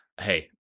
hey